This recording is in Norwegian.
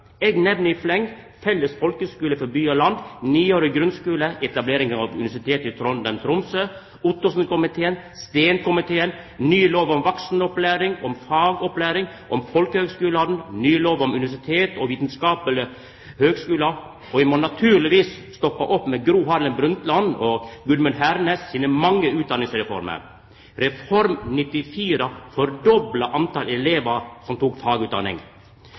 Eg nemner i fleng: felles folkeskule for by og land, niårig grunnskule, etablering av Universitetet i Tromsø, Ottosen-komiteen, Steen-komiteen, ny lov om vaksenopplæring, om fagopplæring, om folkehøgskulane, ny lov om universitets- og vitskaplege høgskular, og vi må naturlegvis stoppa opp ved Gro Harlem Brundtland og Gudmund Hernes sine mange utdanningsreformer. Reform 94 dobla talet på elevar som tok fagutdanning.